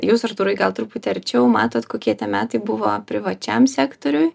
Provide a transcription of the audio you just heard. jūs artūrai gal truputį arčiau matot kokie tie metai buvo privačiam sektoriui